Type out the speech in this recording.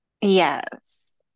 Yes